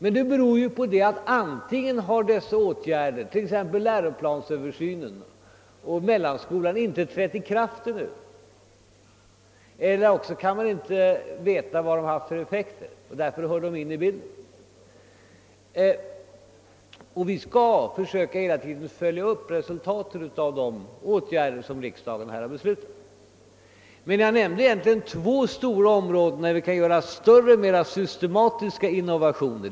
Anledningen härtill är att dessa åtgärder, t.ex. läroplansöversynen eller införandet av mellanskolan, ännu inte trätt i kraft. I varje fall kan man ännu inte veta vilka effekter de får, och de bör därför sättas in i bilden. Vi skall också fortlöpande försöka följa upp resultaten av de åtgärder riksdagen beslutat. Jag nämnde emellertid två stora områden, där större och mera systematiska innovationer kan göras.